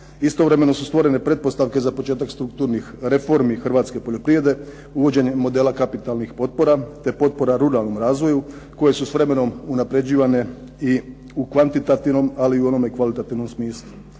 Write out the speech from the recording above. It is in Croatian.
Istovremeno su stvorene pretpostavke za početak strukturnih reformi hrvatske poljoprivrede uvođenjem modela kapitalnih potpora, te potpora ruralnom razvoju, koje su s vremenom unapređivane i u kvantitativnom, ali i u onome kvalitativnom smislu.